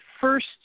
first